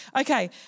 Okay